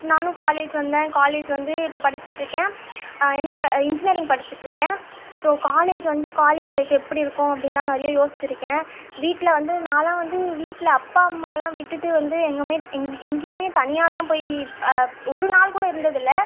நானும் காலேஜ் வந்தேன் காலேஜ் வந்து இப்போ படித்துட்டுருக்கேன் என்ன ப இன்ஜினியரிங் படித்துட்டுருக்கேன் ஸோ காலேஜ் வந்து காலேஜ் லைஃப் எப்படிருக்கும் அப்படிலாம் நிறைய யோசித்துருக்கேன் வீட்டில் வந்து நான்லாம் வந்து வீட்டில் அப்பா அம்மாலாம் விட்டுட்டு வந்து எங்கேமே எங் எங்கேயுமே தனியாகலாம் போய் ஒரு நாள் கூட இருந்ததில்லை